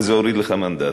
וזה הוריד לך מנדט.